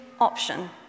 option